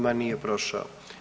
Nije prošao.